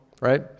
right